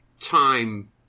time